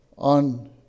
On